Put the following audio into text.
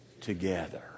together